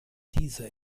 dieser